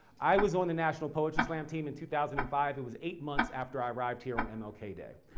i was on the national poetry slam team in two thousand and five, it was eight months after i arrived here on and mlk day.